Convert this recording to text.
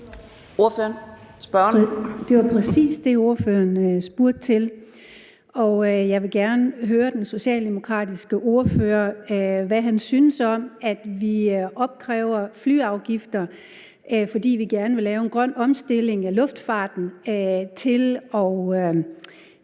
Det var præcis det, ordføreren spurgte til. Jeg vil gerne høre den socialdemokratiske ordfører, hvad han synes om, at vi bruger det, at vi opkræver flyafgifter, fordi vi gerne vil lave en grøn omstilling af luftfarten, til,